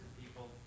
people